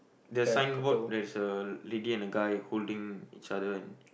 the signboard there is a lady and a guy holding each other and